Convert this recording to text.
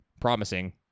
promising